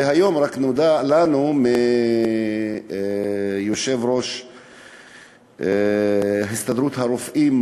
היום נודע לנו מיושב-ראש הסתדרות הרופאים,